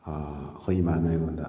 ꯑꯩꯈꯣꯏ ꯏꯃꯥꯅ ꯑꯩꯉꯣꯟꯗ